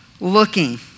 looking